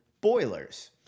boilers